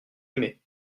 aimé